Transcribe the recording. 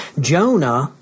Jonah